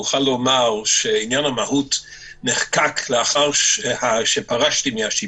אוכל לומר שעניין המהות נחקק לאחר שפרשתי מהשיפוט,